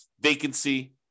vacancy